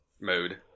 mode